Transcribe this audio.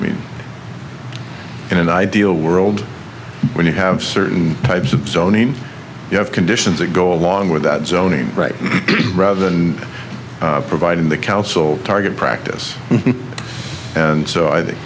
mean in an ideal world when you have certain types of zone in you have conditions that go along with that zoning right rather than providing the council target practice and so i think